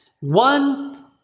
One